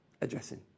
addressing